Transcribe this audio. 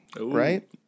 right